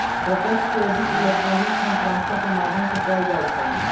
प्रत्यक्ष credit electronic fund transfer के माध्यम से कएल जाइ छइ